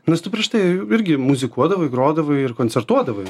nes tu prieštai irgi muzikuodavau grodavai ir koncertuodavai